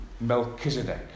Melchizedek